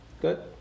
Good